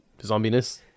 zombiness